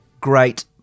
great